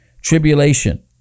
tribulation